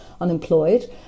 unemployed